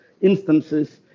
instances